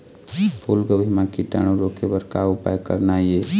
फूलगोभी म कीटाणु रोके बर का उपाय करना ये?